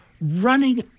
running